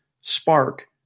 spark